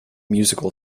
musical